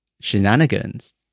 shenanigans